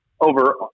over